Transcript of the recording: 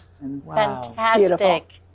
fantastic